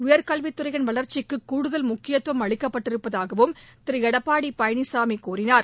உயர்கல்வித்துறையின் வளர்ச்சிக்கு கூடுதல் முக்கியத்துவம் அளிக்கப்பட்டிருப்பதாகவும் திரு எடப்பாடி பழனிசாமி கூறினார்